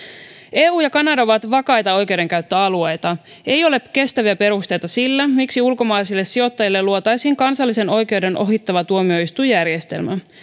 eu ja kanada ovat vakaita oikeudenkäyttöalueita ei ole kestäviä perusteita sille miksi ulkomaisille sijoittajille luotaisiin kansallisen oikeuden ohittava tuomioistuinjärjestelmä